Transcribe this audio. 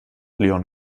lyon